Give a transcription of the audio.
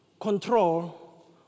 control